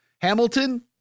Hamilton